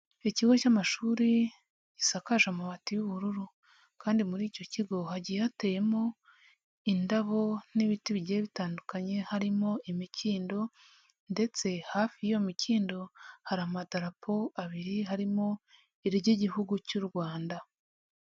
Ikigo cy'amashuri gisakaje amabati y'ubururu. Kandi muri icyo kigo hagiye hateyemo indabo n'ibiti bigiye bitandukanye, harimo imikindo ndetse hafi y'iyo mikindo hari amadarapo abiri, harimo iry'igihugu cy'u Rwanda.